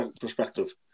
perspective